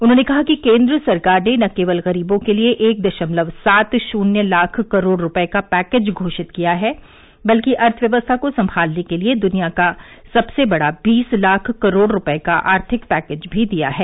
उन्होंने कहा कि केन्द्र सरकार ने न केवल गरीबों के लिए एक दशमलव सात शुन्य लाख करोड़ रुपए का पैकेज घोषित किया है बल्कि अर्थव्यवस्था को संभालने के लिए दुनिया का सबसे बड़ा बीस लाख करोड़ रुपए का आर्थिक पैकेज भी दिया है